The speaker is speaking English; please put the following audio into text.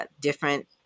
different